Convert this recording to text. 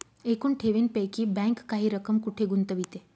एकूण ठेवींपैकी बँक काही रक्कम कुठे गुंतविते?